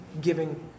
giving